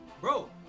bro